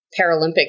Paralympic